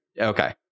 Okay